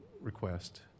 request